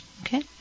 Okay